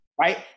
right